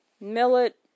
millet